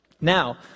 Now